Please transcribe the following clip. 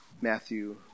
Matthew